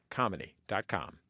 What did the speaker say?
comedy.com